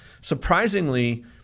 Surprisingly